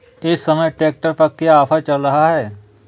इस समय ट्रैक्टर पर क्या ऑफर चल रहा है?